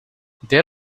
there